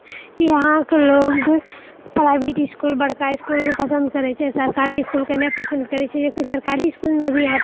इहाँक लोग private school बड़का इस्कूलकऽ पसन्द करै छै सरकारी इस्कूलके नइँ पसन्द करै छै जबकि सरकारी इस्कूलमे भी अब